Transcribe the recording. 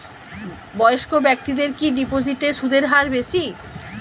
বয়স্ক ব্যেক্তিদের কি ডিপোজিটে সুদের হার বেশি?